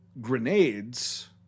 grenades